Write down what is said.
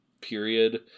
period